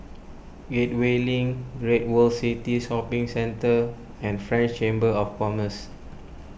Gateway Link Great World City Shopping Centre and French Chamber of Commerce